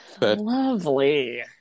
lovely